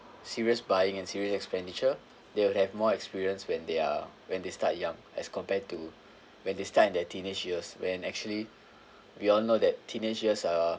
serious buying and serious expenditure they would have more experience when they are when they start young as compared to when they start in their teenage years when actually we all know that teenage years are